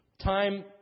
time